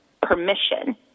permission